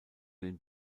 den